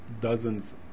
dozens